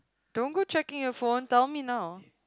don't go checking your phone tell me know